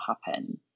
happen